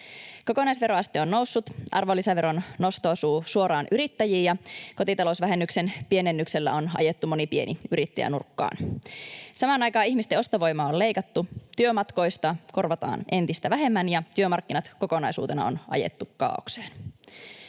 Kokonaisveroaste on noussut, arvonlisäveron nosto osuu suoraan yrittäjiin, ja kotitalousvähennyksen pienennyksellä on ajettu moni pieni yrittäjä nurkkaan. Samaan aikaan ihmisten ostovoimaa on leikattu, työmatkoista korvataan entistä vähemmän ja työmarkkinat kokonaisuutena on ajettu kaaokseen.